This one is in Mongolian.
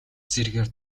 зэргээр